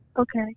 Okay